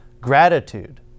gratitude